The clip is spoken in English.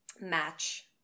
match